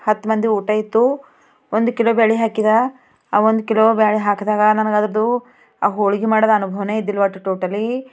ಹತ್ತು ಮಂದಿ ಊಟ ಇತ್ತು ಒಂದು ಕಿಲೊ ಬ್ಯಾಳಿ ಹಾಕಿದೆ ಆ ಒಂದು ಕಿಲೊ ಬ್ಯಾಳಿ ಹಾಕಿದಾಗ ನನಗದ್ರದ್ದು ಆ ಹೋಳ್ಗೆ ಮಾಡಿದ ಅನುಭವನೇ ಇದ್ದಿಲ್ವಾತು ಟೋಟಲೀ